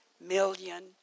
million